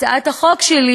הצעת החוק שלי